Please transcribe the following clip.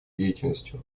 деятельностью